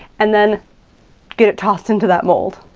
and then get it tossed into that mold.